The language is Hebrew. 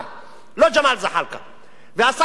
לא ג'מאל זחאלקה, והשר פרידמן,